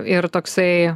ir toksai